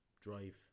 drive